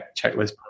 checklist